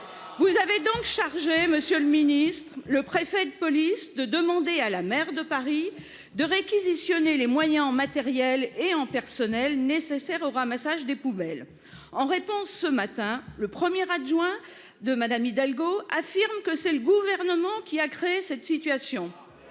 Vous avez donc chargé Monsieur le Ministre, le préfet de police de demander à la maire de Paris de réquisitionner les moyens en matériel et en personnel nécessaires au ramassage des poubelles. En réponse, ce matin, le premier adjoint de Madame Hidalgo affirme que c'est le gouvernement qui a créé cette situation.